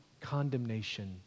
condemnation